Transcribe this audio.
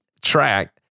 track